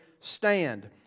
stand